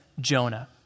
Jonah